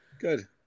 Good